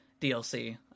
DLC